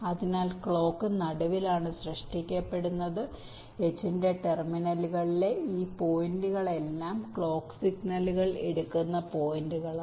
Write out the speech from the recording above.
അതിനാൽ ക്ലോക്ക് നടുവിലാണ് സൃഷ്ടിക്കപ്പെടുന്നത് H ന്റെ ടെർമിനലുകളിലെ ഈ പോയിന്റുകളെല്ലാം ക്ലോക്ക് സിഗ്നലുകൾ എടുക്കുന്ന പോയിന്റുകളാണ്